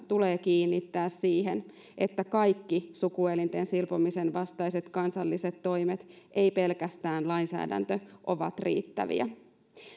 tulee kiinnittää siihen että kaikki sukuelinten silpomisen vastaiset kansalliset toimet ei pelkästään lainsäädäntö ovat riittäviä